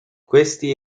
questi